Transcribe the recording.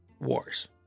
wars